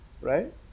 right